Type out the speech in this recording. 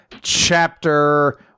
Chapter